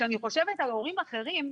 כשאני חושבת על הורים אחרים,